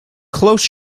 close